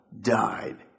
died